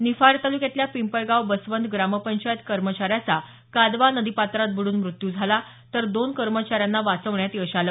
निफाड तालुक्यातल्या पिंपळगाव बसवंत ग्रामपंचायत कर्मचाऱ्याचा कादवा नदी पात्रात बुडून मृत्यू झाला तर दोन कर्मचाऱ्यांना वाचवण्यात यश आलं